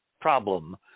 problem